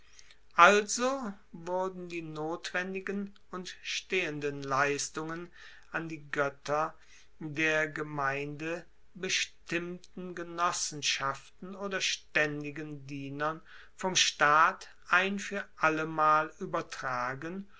also wurden die notwendigen und stehenden leistungen an die goetter der gemeinde bestimmten genossenschaften oder staendigen dienern vom staat ein fuer allemal uebertragen